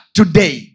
today